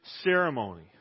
ceremony